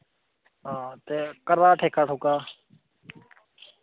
हां ते घरा दा ठेका ठुका